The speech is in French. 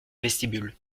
vestibule